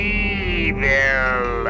evil